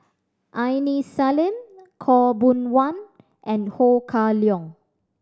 Aini Salim Khaw Boon Wan and Ho Kah Leong